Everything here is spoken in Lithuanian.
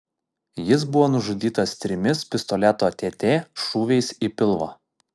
jis buvo nužudytas trimis pistoleto tt šūviais į pilvą